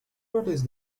notice